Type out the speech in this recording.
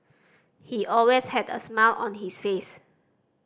he always had a smile on his face